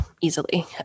easily